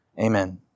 Amen